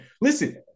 Listen